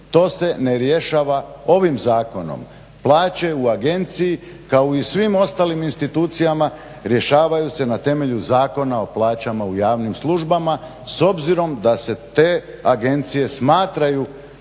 To se ne rješava ovim zakonom. Plaće u Agenciji, kao i u svim ostalim institucijama rješavaju se na temelju Zakona o plaćama u javnim službama s obzirom da se te Agencije smatraju